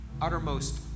uttermost